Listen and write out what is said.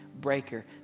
Breaker